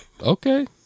Okay